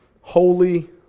holy